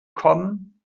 kommen